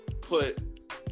put